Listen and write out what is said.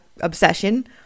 obsession